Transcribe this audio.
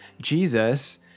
Jesus